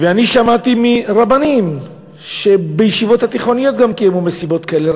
אני שמעתי מרבנים שבישיבות התיכוניות גם קיימו מסיבות כאלה.